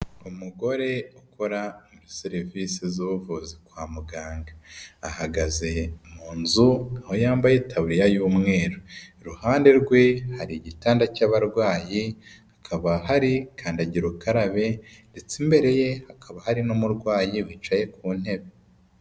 Umugore ukora serivisi z'ubuvuzi kwa muganga. Ahagaze mu nzu aho yambaye itaburiya y'umweru. Iruhande rwe hari igitanda cy'abarwayi, hakaba hari kandagira ukarabe ndetse imbere ye hakaba hari n'umurwayi wicaye ku ntebe.